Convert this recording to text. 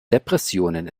depressionen